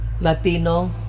Latino